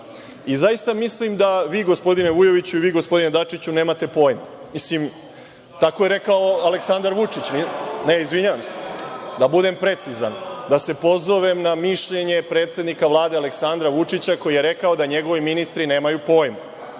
Zaista mislim da vi, gospodine Vujoviću, i vi gospodine Dačiću, nemate pojma. Mislim, tako je rekao gospodin Vučić. Izvinjavam se, da budem precizan, da se pozovem na mišljenje predsednika Vlade Aleksandra Vučića, koji je rekao da njegovi ministri nemaju pojma.